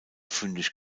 fündig